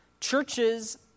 Churches